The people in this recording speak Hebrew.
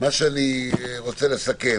רוצה לסכם.